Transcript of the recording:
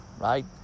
right